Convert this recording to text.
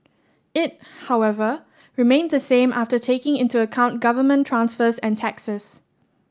it however remained the same after taking into account government transfers and taxes